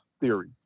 theory